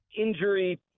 Injury